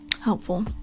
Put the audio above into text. helpful